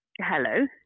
Hello